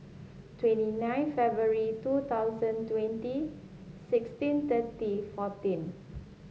twenty nine February two thousand twenty sixteen thirty fourteen